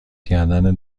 کردن